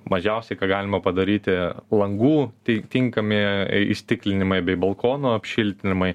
mažiausiai ką galima padaryti langų tinkami įstiklinimai bei balkonų apšiltinimai